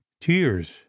Tears